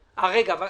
כהן,